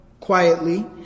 quietly